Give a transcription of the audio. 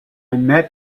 met